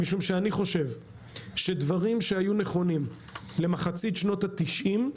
יזמתי משום שאני חושב שדברים שהיו נכונים למחצית שנות ה-90,